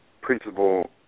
principal